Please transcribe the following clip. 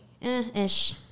ish